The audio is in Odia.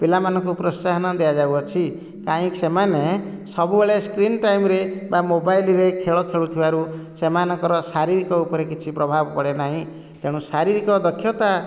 ପିଲାମାନଙ୍କୁ ପ୍ରୋତ୍ସାହନ ଦିଆଯାଉଅଛି କାହିଁକି ସେମାନେ ସବୁବେଳେ ସ୍କ୍ରିନ ଟାଇମରେ ବା ମୋବାଇଲରେ ଖେଳ ଖେଳୁଥିବାରୁ ସେମାନଙ୍କର ଶାରୀରିକ ଉପରେ କିଛି ପ୍ରଭାବ ପଡ଼େ ନାହିଁ ତେଣୁ ଶାରୀରିକ ଦକ୍ଷତା